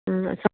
ꯎꯝ